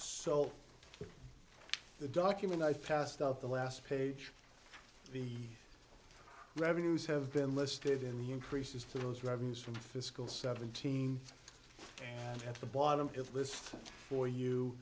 so the document i passed up the last page the revenues have been listed in the increases to those revenues from fiscal seventeen and at the bottom if this fund for you